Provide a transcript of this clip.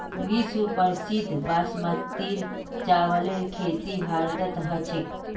विश्व प्रसिद्ध बासमतीर चावलेर खेती भारतत ह छेक